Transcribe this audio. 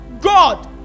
God